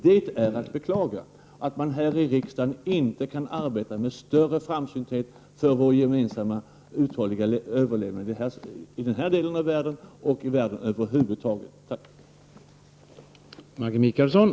Det är att beklaga att man här i riksdagen inte kan arbeta med större framsynthet för vår gemensamma överlevnad i den här delen av världen och i världen över huvud taget.